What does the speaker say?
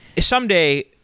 someday